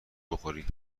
بخوری